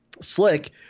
Slick